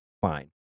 Fine